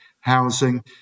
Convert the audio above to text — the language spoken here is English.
housing